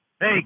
Hey